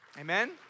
Amen